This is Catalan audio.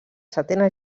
setena